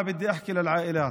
(אומר דברים בשפה הערבית,